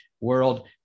world